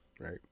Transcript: right